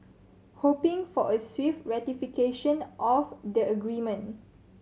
hoping for a swift ratification of the agreement